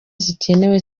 zikenewe